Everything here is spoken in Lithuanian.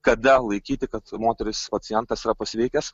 kada laikyti kad moteris pacientas yra pasveikęs